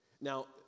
Now